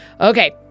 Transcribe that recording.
okay